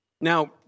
Now